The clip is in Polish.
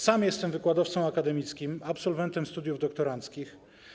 Sam jestem wykładowcą akademickim, absolwentem studiów doktoranckich.